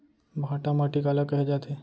भांटा माटी काला कहे जाथे?